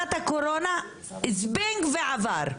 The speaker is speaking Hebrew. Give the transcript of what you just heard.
בתקופת הקורונה "זבנג" ועבר,